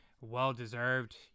Well-deserved